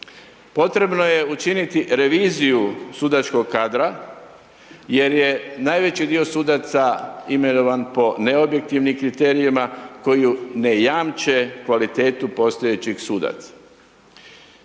Potrebno je učiniti reviziju sudačkog kadra jer je najveći dio sudaca imenovan po neobjektivnim kriterijima koji ne jamče kvalitetu postojećih sudaca.